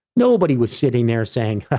nobody was sitting there saying,